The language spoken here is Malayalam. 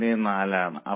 5014 ആണ്